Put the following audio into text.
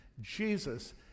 Jesus